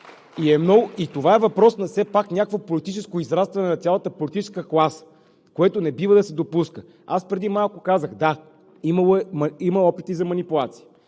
все пак е въпрос на някакво политическо израстване на цялата политическа класа, което не бива да се допуска. Преди малко казах: да, има опити за манипулации,